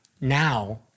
now